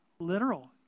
literal